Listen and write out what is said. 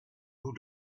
nous